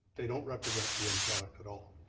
they don't represent the end product at all.